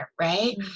Right